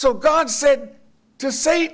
so god said to sa